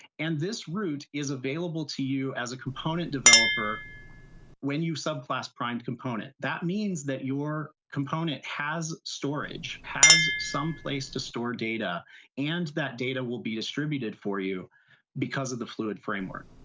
and this root is available to you as a component developer when you subclass primedcomponent. that means that your component has storage, has someplace to store data and that data will be distributed for you because of the fluid framework.